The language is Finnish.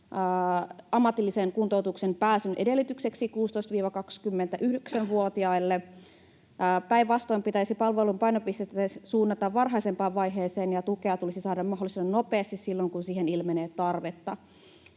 ammatilliseen kuntoutukseen pääsyn edellytykseksi 16—29-vuotiaille. Päinvastoin pitäisi palvelun painopistettä suunnata varhaisempaan vaiheeseen, ja tukea tulisi saada mahdollisimman nopeasti silloin, kun siihen ilmenee tarvetta.